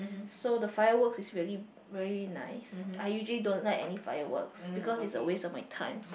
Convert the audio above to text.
so the firework is really really nice I usually don't like any fireworks because it's a waste my time